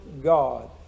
God